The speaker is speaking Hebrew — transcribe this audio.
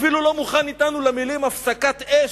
אפילו לא מוכן אתנו למלים: הפסקת אש.